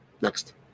Next